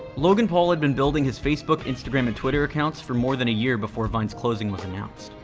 logan paul had been building his facebook, instagram, and twitter accounts for more than a year before vine's closing was announced.